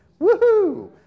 woohoo